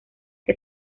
que